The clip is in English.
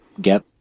get